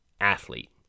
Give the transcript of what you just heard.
athlete